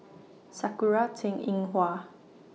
Sakura Teng Ying Hua